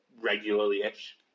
Regularly-ish